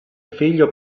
figlio